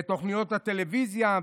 ואת תוכניות הטלוויזיה,